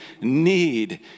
need